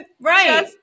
Right